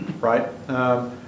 right